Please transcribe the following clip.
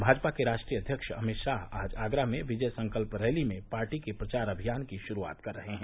भाजपा के राष्ट्रीय अध्यक्ष अमित शाह आज आगरा में विजय संकल्प रैली में पार्टी के प्रचार अभियान की शुरूआत कर रहे हैं